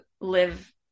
live